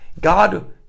God